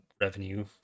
Revenue